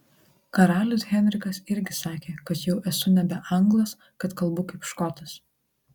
karalius henrikas irgi sakė kad jau esu nebe anglas kad kalbu kaip škotas